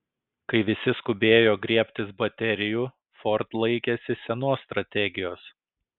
kai visi skubėjo griebtis baterijų ford laikėsi senos strategijos